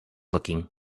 looking